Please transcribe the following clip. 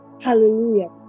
Hallelujah